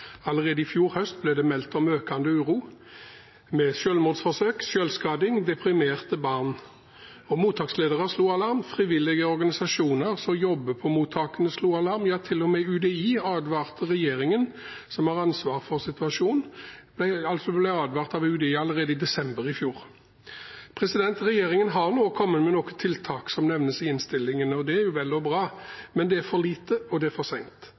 Allerede i fjor høst ble det meldt om økende uro med selvmordsforsøk, selvskading og deprimerte barn. Mottaksledere slo alarm, frivillige organisasjoner som jobber på mottakene, slo alarm, ja til og med UDI advarte regjeringen, som har ansvaret for situasjonen, allerede i desember i fjor. Regjeringen har nå kommet med noen tiltak som nevnes i innstillingen, og det er jo vel og bra, men det er for lite, og det er for